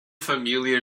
família